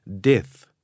death